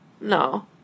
No